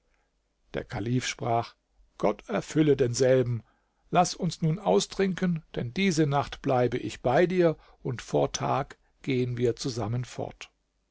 der kalif sprach gott erfülle denselben laß uns nun austrinken denn diese nacht bleibe ich bei dir und vor tag gehen wir zusammen fort